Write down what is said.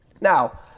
Now